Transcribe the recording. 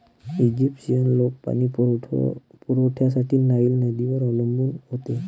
Egyptian लोक पाणी पुरवठ्यासाठी नाईल नदीवर अवलंबून होते